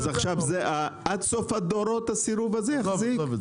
אז עכשיו עד סוף הדורות הסירוב הזה יחזיק?